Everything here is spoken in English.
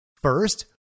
first